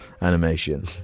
animation